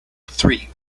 three